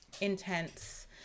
intense